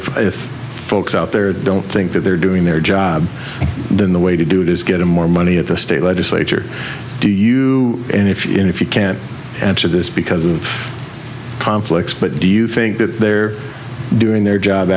or if folks out there don't think that they're doing their job then the way to do it is getting more money at the state legislature do you and if you can't answer this because of conflicts but do you think that they're doing their job